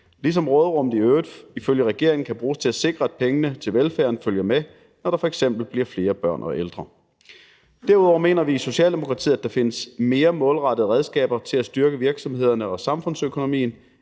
ligesom råderummet i øvrigt ifølge regeringen kan bruges til at sikre, at pengene til velfærden følger med, når der f.eks. bliver flere børn og ældre. Derudover mener vi i Socialdemokratiet, at der findes mere målrettede redskaber til at styrke virksomhederne og samfundsøkonomien